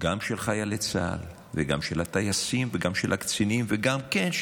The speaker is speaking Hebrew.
גם של חיילי צה"ל וגם של הטייסים וגם של הקצינים וגם של